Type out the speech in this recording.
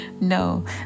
No